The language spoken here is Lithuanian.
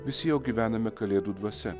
visi jau gyvename kalėdų dvasia